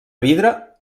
vidre